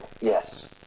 Yes